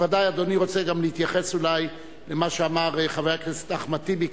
בוודאי אדוני רוצה גם להתייחס למה שאמר חבר הכנסת אחמד טיבי,